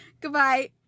Goodbye